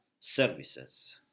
services